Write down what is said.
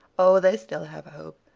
oh, they still have hope.